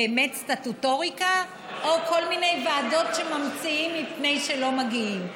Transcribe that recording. באמת סטטוטוריקה או כל מיני ועדות שממציאים מפני שלא מגיעים?